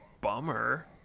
bummer